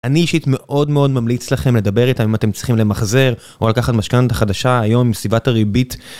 אני אישית מאוד מאוד ממליץ לכם לדבר איתם אם אתם צריכים למחזר או לקחת משכנתא חדשה היום מסיבת הריבית.